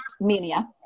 mania